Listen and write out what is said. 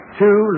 two